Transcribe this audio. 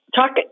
talk